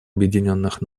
объединенных